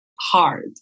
hard